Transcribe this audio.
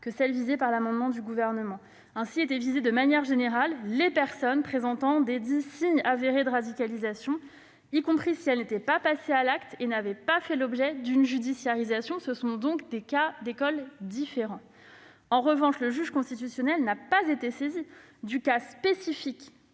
qui est visée par l'amendement du Gouvernement : étaient ainsi concernées, de manière générale, les personnes présentant des signes avérés de radicalisation, y compris celles qui ne sont pas passées à l'acte et qui n'ont donc pas pu faire l'objet d'une judiciarisation. Il s'agit donc de cas différents. En revanche, le juge constitutionnel n'a pas été saisi du cas spécifique